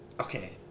Okay